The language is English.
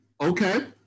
Okay